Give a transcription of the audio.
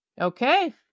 Okay